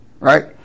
right